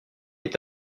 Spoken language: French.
est